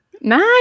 nice